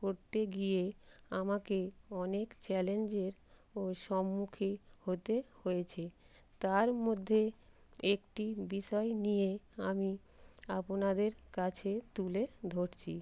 করতে গিয়ে আমাকে অনেক চ্যালেঞ্জের ও সম্মুখীন হতে হয়েছে তার মধ্যে একটি বিষয় নিয়ে আমি আপনাদের কাছে তুলে ধরছি